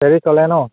ferry চলে ন